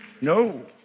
No